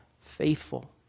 faithful